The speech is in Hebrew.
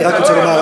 אני רק רוצה לומר,